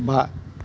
बा